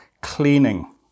cleaning